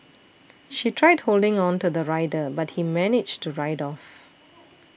she tried holding on to the rider but he managed to ride off